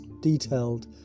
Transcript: detailed